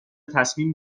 تصمیم